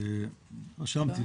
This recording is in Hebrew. רשמתי,